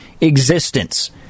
existence